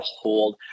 hold